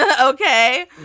Okay